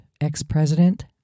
ex-president